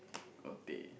or teh